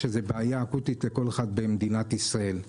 שהיא בעיה אקוטית לכל אחד במדינת ישראל.